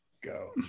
Go